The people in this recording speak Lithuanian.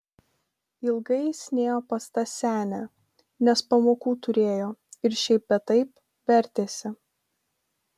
ilgai jis nėjo pas tą senę nes pamokų turėjo ir šiaip bei taip vertėsi